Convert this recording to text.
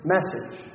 Message